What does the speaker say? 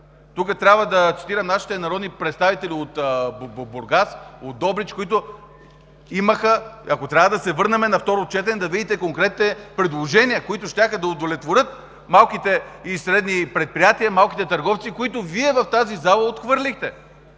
Тук трябва да цитирам нашите народни представители от Бургас, от Добрич, които имаха, ако трябва, да се върнем на второ четене, за да видите конкретните предложения, които щяха да удовлетворят малките и средни предприятия, малките търговци, които Вие, в тази зала отхвърлихте.